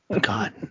god